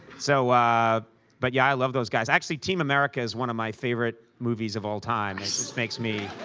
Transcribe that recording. so but, yeah, i love those guys. actually, team america is one of my favorite movies of all time. it makes me